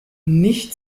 nicht